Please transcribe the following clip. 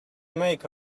make